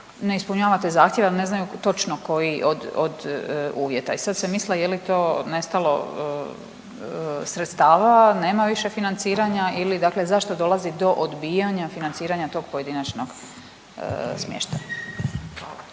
ne ispunjavate zahtjev, ali ne znaju točno koji od, od uvjeta. I sad si misle je li to nestalo sredstava, nema više financiranja ili dakle zašto dolazi do odbijanja financiranja tog pojedinačnog smještaja.